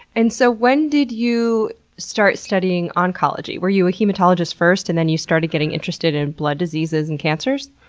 and so when did you start studying oncology? were you a hematologist first and then you started getting interested in blood diseases and cancers?